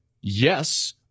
yes